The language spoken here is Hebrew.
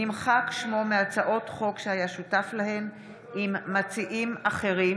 נמחק שמו מהצעות חוק שהיה שותף להן עם מציעים אחרים.